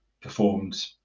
performed